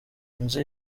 inzu